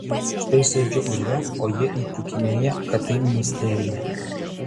štai sėdžiu urve o jie įtikinėja kad tai ministerija